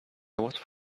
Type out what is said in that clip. was